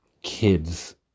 kids